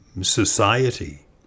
society